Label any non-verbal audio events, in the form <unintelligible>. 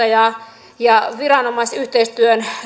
<unintelligible> ja ja viranomaisyhteistyön